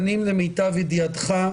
נגיד שבוע-שבועיים,